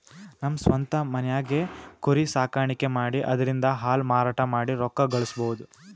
ನಮ್ ಸ್ವಂತ್ ಮನ್ಯಾಗೆ ಕುರಿ ಸಾಕಾಣಿಕೆ ಮಾಡಿ ಅದ್ರಿಂದಾ ಹಾಲ್ ಮಾರಾಟ ಮಾಡಿ ರೊಕ್ಕ ಗಳಸಬಹುದ್